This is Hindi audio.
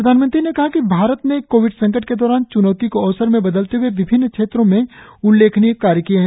प्रधानमंत्री ने कहा कि भारत ने कोविड संकट के दौरान च्नौती को अवसर में बदलते हए विभिन्न क्षेत्रों में उल्लेखनीय कार्य किए हैं